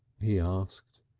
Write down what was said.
he asked.